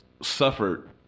suffered